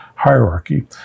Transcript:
hierarchy